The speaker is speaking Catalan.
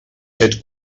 set